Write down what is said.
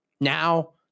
Now